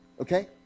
Okay